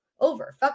over